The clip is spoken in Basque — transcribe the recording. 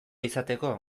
izateko